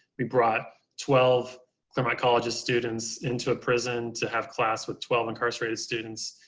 we brought twelve claremont colleges students into a prison to have class with twelve incarcerated students.